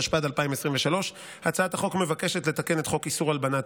התשפ"ד 2023. הצעת החוק מבקשת לתקן את חוק איסור הלבנת